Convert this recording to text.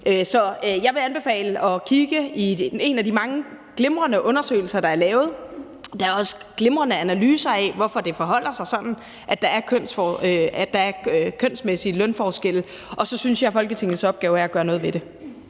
Så jeg vil anbefale at kigge i en af de mange glimrende undersøgelser, der er lavet. Der er også glimrende analyser af, hvorfor det forholder sig sådan, at der er kønsmæssige lønforskelle, og så synes jeg, at Folketingets opgave er at gøre noget ved det.